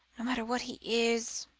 no matter what he is,